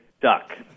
duck